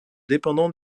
dépendant